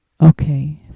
Okay